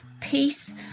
peace